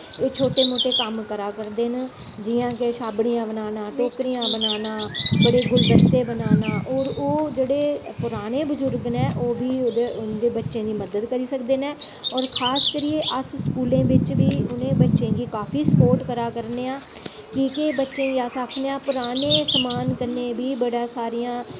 एह् छोटे मोटे कम्म करा करदे न जि'यां के छाबड़िया बनाना टोकरिया बनाना बडे़ गुलदस्ते बनाना होर ओह् जेह्डे़ पराने बजुर्ग न ओह् बी उं'दे बच्चे दी मदद करी सकदे न ते होर खास करियै अस स्कूलें बिच बी उ'नें बच्चें गी काफी स्पोर्ट करा करने आं कि के बच्चें ई अस आखने आं पराने समान कन्नै बी बड़े सारे